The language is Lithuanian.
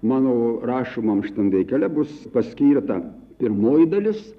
mano rašomam šitam veikale bus paskirta pirmoji dalis